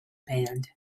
band